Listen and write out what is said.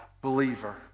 believer